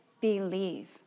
believe